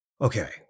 Okay